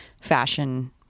fashion